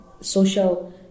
social